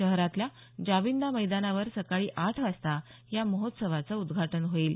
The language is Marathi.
शहरातल्या जाबिंदा मैदानावर सकाळी आठ वाजता या महोत्सवाचं उद्घाटन होईल